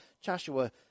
joshua